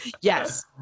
Yes